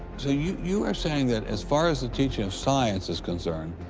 so you you are saying that as far as the teaching of science is concerned,